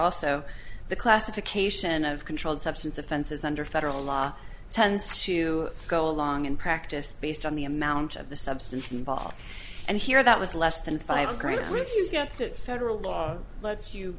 also the classification of controlled substance offenses under federal law tends to go along and practice based on the amount of the substance involved and here that was less than five great reviews got that federal law lets you